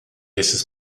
esses